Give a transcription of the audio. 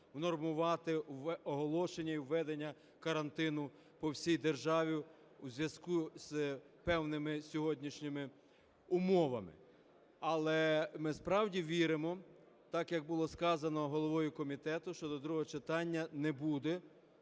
внормувати оголошення і введення карантину по всій державі у зв'язку з певними сьогоднішніми умовами. Але ми справді віримо, так, як було сказано головою комітету, що до другого читання не буде